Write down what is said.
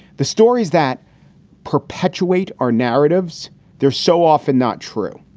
the stories that perpetuate our narratives there, so often not true.